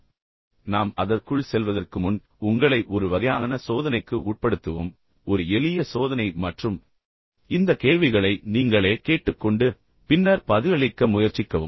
இப்போது நாம் அதற்குள் செல்வதற்கு முன் உங்களை ஒரு வகையான சோதனைக்கு உட்படுத்துவோம் ஒரு எளிய சோதனை மற்றும் இந்த கேள்விகளை நீங்களே கேட்டுக்கொண்டு பின்னர் பதிலளிக்க முயற்சிக்கவும்